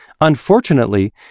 Unfortunately